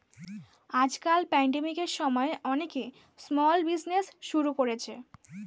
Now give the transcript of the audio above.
আজকাল প্যান্ডেমিকের সময়ে অনেকে স্মল বিজনেজ শুরু করেছে